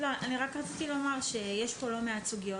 אני רק רציתי לומר שיש פה לא מעט סוגיות,